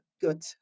good